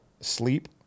sleep